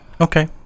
Okay